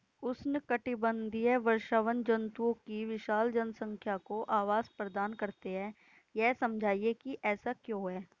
उष्णकटिबंधीय वर्षावन जंतुओं की विशाल जनसंख्या को आवास प्रदान करते हैं यह समझाइए कि ऐसा क्यों है?